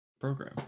program